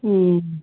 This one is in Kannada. ಹ್ಞೂ